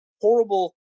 horrible